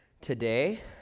today